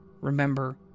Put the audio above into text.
remember